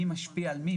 מי משפיע על מי,